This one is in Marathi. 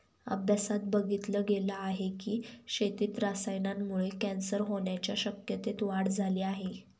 अभ्यासात बघितल गेल आहे की, शेतीत रसायनांमुळे कॅन्सर होण्याच्या शक्यतेत वाढ झाली आहे